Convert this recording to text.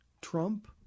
Trump